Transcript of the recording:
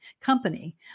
company